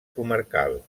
comarcal